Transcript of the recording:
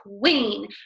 queen